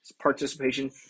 participation